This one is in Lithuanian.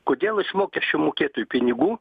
kodėl iš mokesčių mokėtojų pinigų